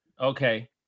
Okay